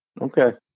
Okay